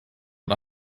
und